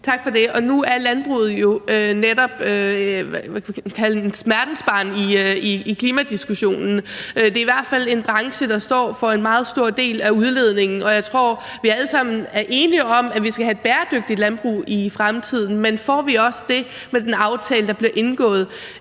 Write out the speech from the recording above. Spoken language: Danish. Tak for det. Og nu er landbruget jo netop et smertensbarn, kan man kalde det, i klimadiskussionen. Det er i hvert fald en branche, der står for en meget stor del af udledningen. Og jeg tror, vi alle sammen er enige om, at vi skal have et bæredygtigt landbrug i fremtiden, men får vi også det med den aftale, der bliver indgået?